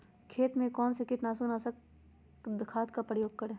खेत में कौन से कीटाणु नाशक खाद का प्रयोग करें?